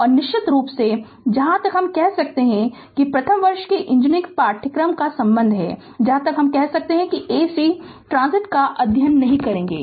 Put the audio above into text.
और निश्चित रूप से जहां तक हम कह सकते है कि प्रथम वर्ष के इंजीनियरिंग पाठ्यक्रम का संबंध है जहां तक हम कह सकते है ac ट्रान्ससिएंत का अध्ययन नहीं करेगे